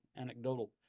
anecdotal